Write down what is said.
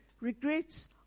regrets